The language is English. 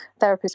therapists